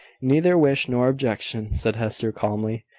neither wish nor objection, said hester, calmly.